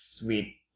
sweet